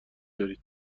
دارین